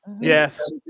Yes